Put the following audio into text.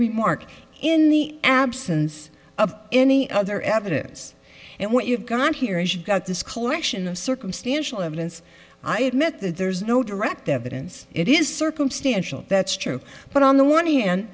remark in the absence of any other evidence and what you've got here is you've got this collection of circumstantial evidence i admit that there's no direct evidence it is circumstantial that's true but on the one hand